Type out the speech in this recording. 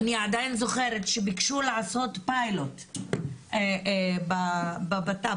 אני עדיין זוכרת שניסו לעשות פיילוט במשרד לביטחון הפנים,